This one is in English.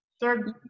Third